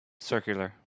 Circular